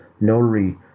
notary